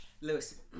Lewis